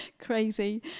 Crazy